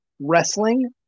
wrestling